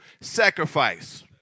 sacrifice